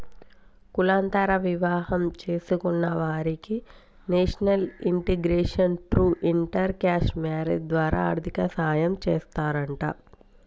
కులాంతర వివాహం చేసుకున్న వాలకి national integration through inter caste marriage ద్వారా ఆర్థిక సాయం చేస్తారంట